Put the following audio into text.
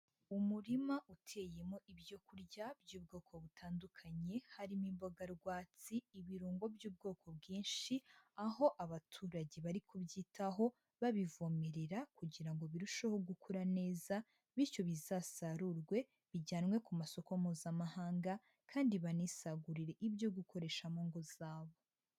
Umurima uteyemo ibyo kurya by'ubwoko butandukanye, harimo imboga rwatsi, ibirungo by'ubwoko bwinshi, aho abaturage bari kubyitaho babivomerera kugira ngo birusheho gukura neza bityo bizasarurwe bijyanwe ku masoko Mpuzamahanga kandi banisagurire ibyo gukoresha mu ngo zabo.